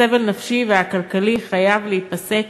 הסבל הנפשי והכלכלי חייב להיפסק